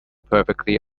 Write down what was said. perfectly